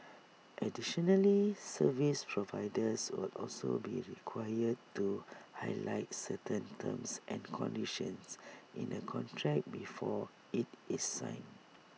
additionally service providers will also be required to highlight certain terms and conditions in A contract before IT is signed